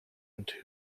and